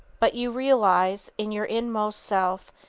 but you realize, in your inmost self,